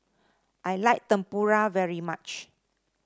I like Tempura very much